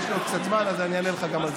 יש לי עוד קצת זמן, אז אני אענה לך גם על זה.